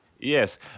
Yes